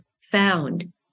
found